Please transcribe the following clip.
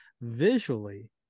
visually